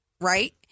right